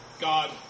God